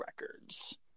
records